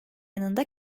yanında